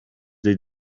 they